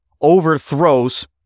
overthrows